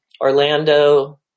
Orlando